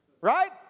Right